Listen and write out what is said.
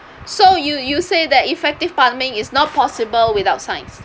so you you say that effective farming is not possible without science